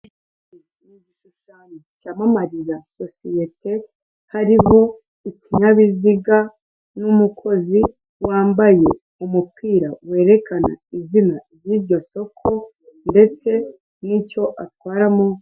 Ikirango cyamamariza sosiyete hariho ikinyabiziga n'umukozi wambaye umupira werekana izina ry'iryo soko ndetse n'icyo akoramo.